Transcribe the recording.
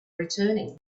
returning